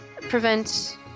prevent